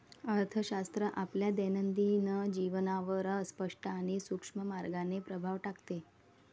अर्थशास्त्र आपल्या दैनंदिन जीवनावर स्पष्ट आणि सूक्ष्म मार्गाने प्रभाव टाकते